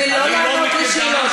ולא לענות על שאלות,